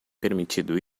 permitido